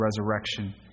resurrection